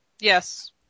Yes